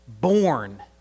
born